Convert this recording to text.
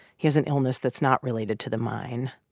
he has an illness that's not related to the mine.